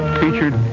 featured